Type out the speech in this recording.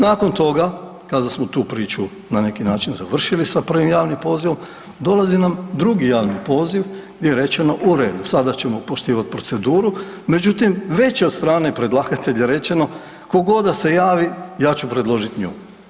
Nakon toga kada smo tu priču na neki način završili sa prvim javnim pozivom, dolazi nam drugi javni poziv, di je rečeno, u redu, sada ćemo poštivati proceduru, međutim, već je od strane predlagatelja rečeno, tko god da se javi, ja ću predložiti nju.